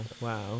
Wow